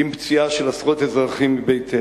עם פציעה של עשרות אזרחים מבית-אל.